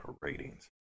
ratings